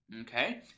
okay